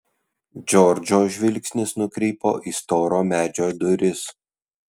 džordžo žvilgsnis nukrypo į storo medžio duris